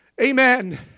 Amen